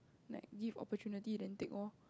like give opportunity then take loh